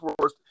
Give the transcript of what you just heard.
worse